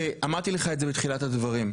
אמרתי לך את זה בתחילת הדברים,